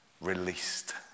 Released